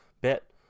bit